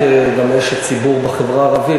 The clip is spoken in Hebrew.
כאשת ציבור בחברה הערבית,